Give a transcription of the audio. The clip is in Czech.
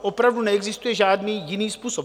Opravdu neexistuje žádný jiný způsob.